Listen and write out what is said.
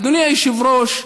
אדוני היושב-ראש,